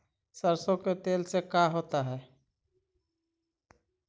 सरसों के तेल से का होता है?